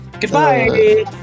Goodbye